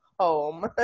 home